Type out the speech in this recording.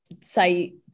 say